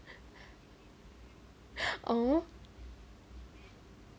oh